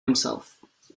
himself